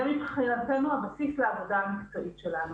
זה מבחינתנו הבסיס לעבודה המקצועית שלנו.